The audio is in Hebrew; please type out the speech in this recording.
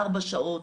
ארבע שעות,